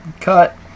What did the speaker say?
Cut